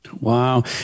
Wow